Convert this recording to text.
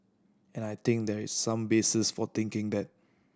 and I think there is some basis for thinking that